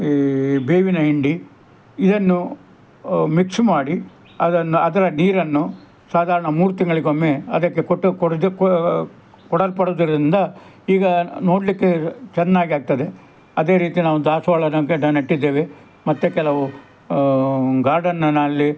ಈ ಬೇವಿನಹಿಂಡಿ ಇದನ್ನು ಮಿಕ್ಸ್ ಮಾಡಿ ಅದನ್ನು ಅದರ ನೀರನ್ನು ಸಾಧಾರಣ ಮೂರು ತಿಂಗಳಿಗೊಮ್ಮೆ ಅದಕ್ಕೆ ಕೊಟ್ಟು ಕೊಡದು ಕೊಡಲ್ಪಡುವುದರಿಂದ ಈಗ ನೋಡಲಿಕ್ಕೆ ಚೆನ್ನಾಗಿ ಆಗ್ತದೆ ಅದೇ ರೀತಿ ನಾವು ದಾಸವಾಳದ ಗಿಡ ನೆಟ್ಟಿದ್ದೇವೆ ಮತ್ತೆ ಕೆಲವು ಗಾರ್ಡನ್ನಿನಲ್ಲಿ